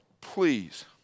please